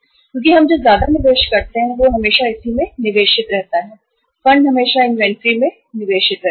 क्योंकि हम जो ज्यादा निवेश करते हैं वह फंड हमेशा इसी इन्वेंट्री में निवेशित रहते हैं